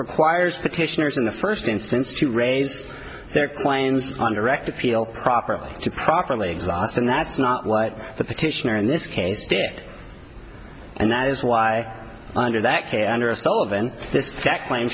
requires petitioners in the first instance to raise their planes on direct appeal properly to properly exhaust and that's not what the petitioner in this case did and that is why under that under a solv